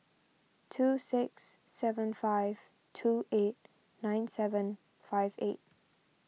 two six seven five two eight nine seven five eight